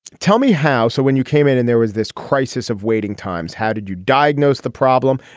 tell me how. so when you came in and there was this crisis of waiting times, how did you diagnose the problem?